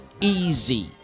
easy